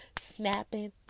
snapping